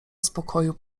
spokoju